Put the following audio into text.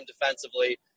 defensively